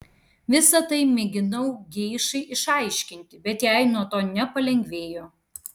visa tai mėginau geišai išaiškinti bet jai nuo to nepalengvėjo